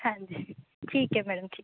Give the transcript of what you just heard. ਹਾਂਜੀ ਠੀਕ ਹੈ ਮੈਡਮ ਜੀ